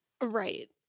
Right